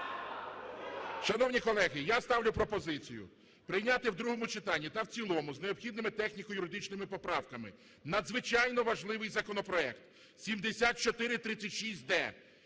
Шановні колеги, я ставлю пропозицію прийняти в другому читанні та в цілому з необхідними техніко-юридичними поправками надзвичайно важливий законопроект – 7436-д,